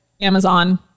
Amazon